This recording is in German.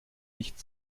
nicht